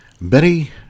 Betty